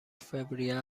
فوریه